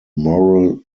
moral